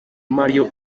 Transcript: mario